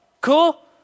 Cool